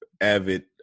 avid